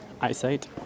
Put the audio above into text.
eyesight